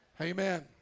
Amen